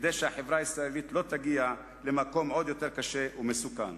כדי שהחברה הישראלית לא תגיע למקום עוד יותר קשה ומסוכן.